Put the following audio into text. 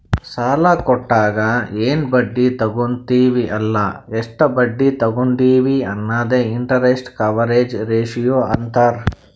ಸಾಲಾ ಕೊಟ್ಟಾಗ ಎನ್ ಬಡ್ಡಿ ತಗೋತ್ತಿವ್ ಅಲ್ಲ ಎಷ್ಟ ಬಡ್ಡಿ ತಗೊಂಡಿವಿ ಅನ್ನದೆ ಇಂಟರೆಸ್ಟ್ ಕವರೇಜ್ ರೇಶಿಯೋ ಅಂತಾರ್